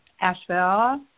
Asheville